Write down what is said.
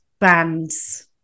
bands